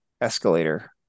escalator